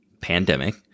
pandemic